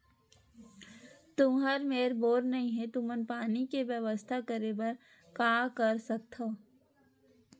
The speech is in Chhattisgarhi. तुहर मेर बोर नइ हे तुमन पानी के बेवस्था करेबर का कर सकथव?